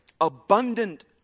abundant